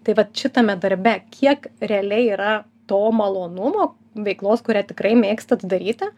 tai vat šitame darbe kiek realiai yra to malonumo veiklos kurią tikrai mėgstat daryti